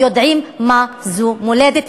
יודעים מה זו מולדת,